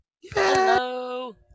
hello